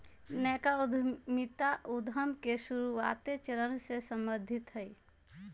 नयका उद्यमिता उद्यम के शुरुआते चरण से सम्बंधित हइ